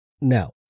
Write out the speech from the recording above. now